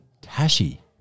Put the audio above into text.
Tashi